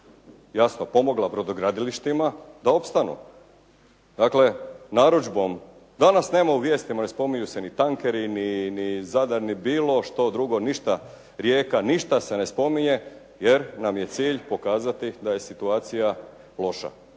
jasno pomogla brodogradilištima da opstanu. Dakle, narudžbom, danas nema u vijestima, ne spominju se ni tankeri, ni Zadar, ni bilo što drugo, ništa Rijeka, ništa se ne spominje jer nam je cilj pokazati da je situacija loša.